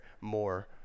more